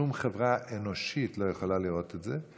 שום חברה אנושית לא יכולה לראות את זה,